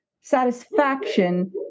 satisfaction